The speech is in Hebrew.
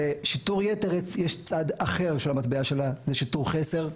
לשיטור יתר יש צד אחד של המטבע של שיטור חסר,